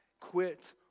quit